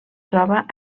troba